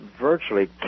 virtually